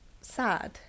Sad